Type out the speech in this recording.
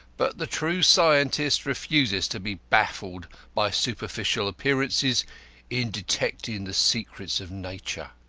but the true scientist refuses to be baffled by superficial appearances in detecting the secrets of nature.